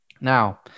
Now